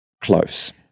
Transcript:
close